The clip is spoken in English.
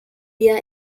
rear